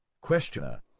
questioner